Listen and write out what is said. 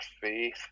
faith